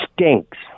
stinks